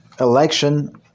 election